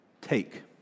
Take